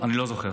אני לא זוכר.